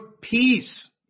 peace